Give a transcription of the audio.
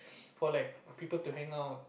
for like people to hangout